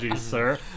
sir